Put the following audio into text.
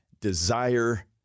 desire